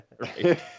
Right